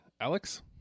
Alex